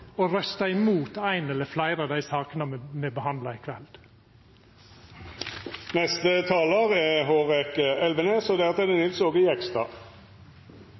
å røysta imot i ei eller fleire av dei sakene me behandlar i